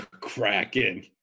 Kraken